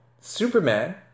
Superman